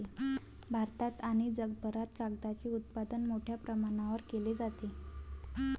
भारतात आणि जगभरात कागदाचे उत्पादन मोठ्या प्रमाणावर केले जाते